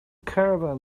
caravan